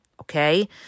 Okay